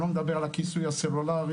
אני לא מדבר על הכיסוי הסלולרי,